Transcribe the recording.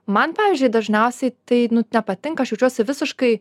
man pavyzdžiui dažniausiai tai nepatinka aš jaučiuosi visiškai